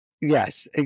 Yes